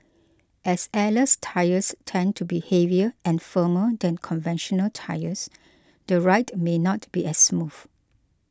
as airless tyres tend to be heavier and firmer than conventional tyres the ride may not be as smooth